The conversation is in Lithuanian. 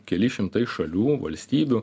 keli šimtai šalių valstybių